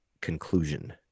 conclusion